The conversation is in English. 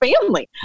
family